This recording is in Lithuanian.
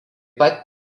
pat